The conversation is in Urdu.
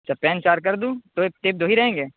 سر پین چار کردوں تو ایک ٹیپ دو ہی رہیں گے